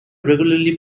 regularly